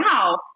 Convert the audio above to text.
Wow